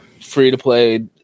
free-to-play